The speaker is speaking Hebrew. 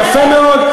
יפה מאוד.